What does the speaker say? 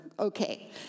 Okay